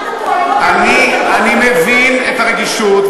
אני מבין את הרגישות,